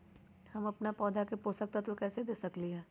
हम अपन पौधा के पोषक तत्व कैसे दे सकली ह?